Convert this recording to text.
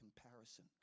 comparison